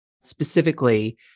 specifically